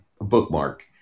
bookmark